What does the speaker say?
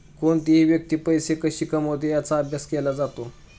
कोणतीही व्यक्ती पैसे कशी कमवते याचा अभ्यास केला जातो